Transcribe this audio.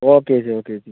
okay ഏച്ചി okay ഏച്ചി